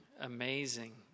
Amazing